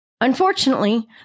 Unfortunately